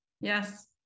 Yes